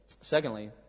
Secondly